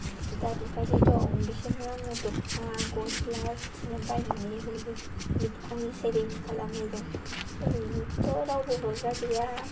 बिदा बिबाजै दं बिसोरनो आङो दख'ना गस्ला बिदिनो बायनानै हैयो बिदि आंनि सेभिंस खालामनायजों ओरैनोथ' रावबो हरग्रा गैया